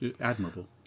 admirable